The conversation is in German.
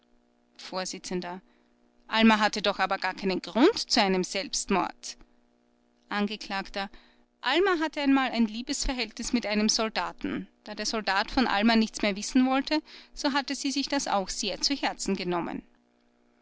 vors alma hatte doch aber gar keinen grund zu einem selbstmord angekl alma hatte einmal ein liebesverhältnis mit einem soldaten da der soldat von alma nichts mehr wissen wollte so hatte sie sich das auch sehr zu herzen genommen